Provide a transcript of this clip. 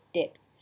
steps